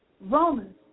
Romans